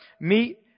meet